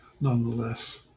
nonetheless